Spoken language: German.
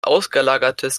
ausgelagertes